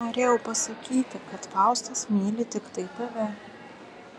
norėjau pasakyti kad faustas myli tiktai tave